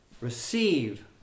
Receive